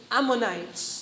Ammonites